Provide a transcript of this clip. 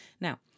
Now